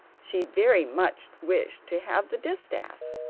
she very much wished to have the distaff,